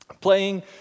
playing